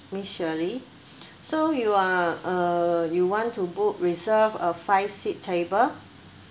miss shirley so you are uh you want to book reserve a five seat table